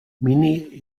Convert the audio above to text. mini